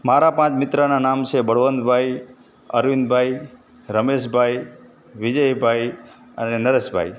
મારા પાંચ મિત્રના નામ છે બળવંતભાઈ અરવિંદભાઈ રમેશભાઈ વિજયભાઈ અને નરેશભાઈ